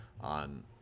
on